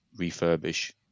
refurbish